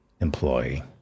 employee